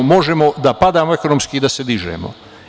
Možemo da padamo ekonomski i da se dižemo.